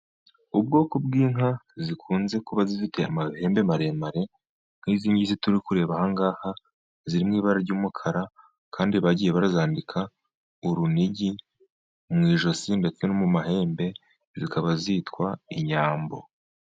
Ubwoko bw'inka zikunze kuba zifite amahembe maremare nkizingizi turi kureba ahangaha ziri mw'ibara ry'umukara, kandi bagiye barazambika urunigi mw'ijosi ndetse no mu mahembe zikaba zitwa inyambo.